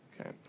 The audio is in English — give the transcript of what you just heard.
Okay